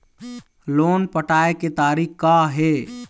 Loan पटाए के तारीख़ का हे?